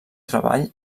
treball